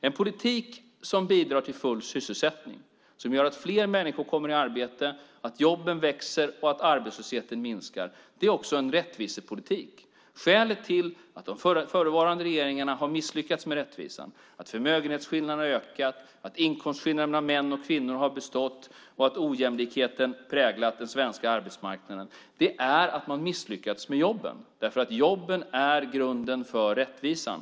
En politik som bidrar till full sysselsättning, som gör att fler människor kommer i arbete, att jobben växer och att arbetslösheten minskar är också en rättvisepolitik. Skälet till att de tidigare regeringarna har misslyckats med rättvisan, att förmögenhetsskillnaderna har ökat, att inkomstskillnaderna mellan män och kvinnor har bestått och att ojämlikheten präglat den svenska arbetsmarknaden är att man misslyckats med jobben. Jobben är grunden för rättvisan.